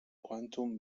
quantum